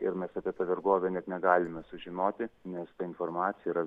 ir mes apie tą vergovę net negalime sužinoti nes ta informacija yra